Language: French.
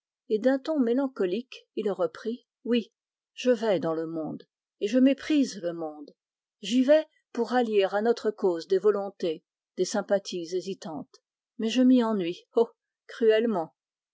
je vais dans le monde et je méprise le monde j'y vais pour rallier à notre cause des sympathies incertaines mais je m'y ennuie cruellement